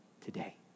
today